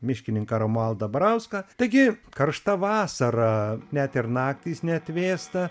miškininką romualda barauską taigi karšta vasara net ir naktys neatvėsta